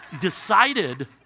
decided